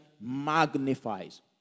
magnifies